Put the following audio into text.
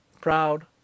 proud